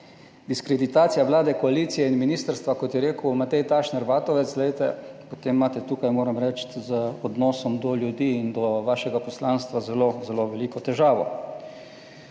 diskreditacija Vlade, koalicije in ministrstva. Kot je rekel Matej Tašner Vatovec, glejte, potem imate tukaj, moram reči, z odnosom do ljudi in do vašega poslanstva zelo, zelo veliko težavo.